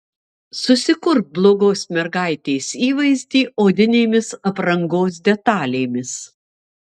susikurk blogos mergaitės įvaizdį odinėmis aprangos detalėmis